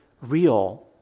real